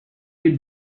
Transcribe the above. you